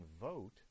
vote